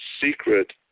secret